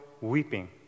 weeping